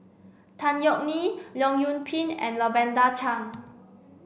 Tan Yeok Nee Leong Yoon Pin and Lavender Chang